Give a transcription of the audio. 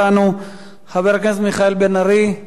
חבר הכנסת מיכאל בן-ארי, בבקשה.